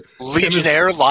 Legionnaire